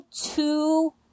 two